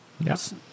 Yes